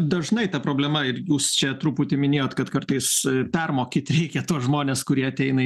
dažnai ta problema ir jūs čia truputį minėjot kad kartais permokyti reikia tuos žmones kurie ateina